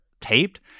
taped